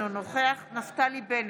אינו נוכח נפתלי בנט,